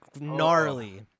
gnarly